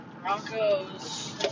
Broncos